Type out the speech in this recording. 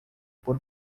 por